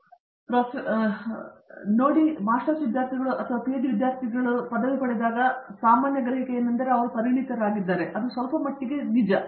ಶ್ರೀಕಾಂತ್ ವೇದಾಂತಂ ಸರಿ ಪ್ರೊಫೆಸರ್ ಪ್ರತಾಪ್ ಹರಿಡೋಸ್ ನೋಡಿ ನಾವು ಮಾಸ್ಟರ್ಸ್ ವಿದ್ಯಾರ್ಥಿಗಳು ಮತ್ತು ಪಿಎಚ್ಡಿ ವಿದ್ಯಾರ್ಥಿಗಳನ್ನು ಪದವಿ ಪಡೆದಾಗ ನೋಡಿದಾಗ ಸಾಮಾನ್ಯ ಗ್ರಹಿಕೆ ಅವರು ಈಗ ಪರಿಣತರಾಗಿದ್ದಾರೆ ಮತ್ತು ಸ್ವಲ್ಪ ಮಟ್ಟಕ್ಕೆ ಅದು ನಿಜ